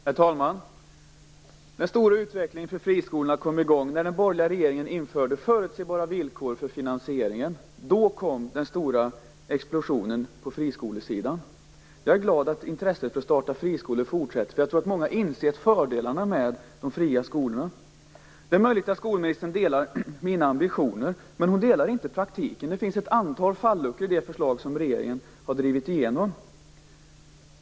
Herr talman! Den stora utvecklingen för friskolorna kom i gång när den borgerliga regeringen införde förutsägbara villkor för finansieringen. Då kom den stora explosionen på friskolesidan. Jag är glad att intresset för att starta friskolor fortsätter. Jag tror att många har insett fördelarna med de fria skolorna. Det är möjligt att skolministern delar mina ambitioner, men hon delar dem inte i praktiken. Det finns ett antal falluckor i det förslag som regeringen har drivit igenom.